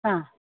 ആ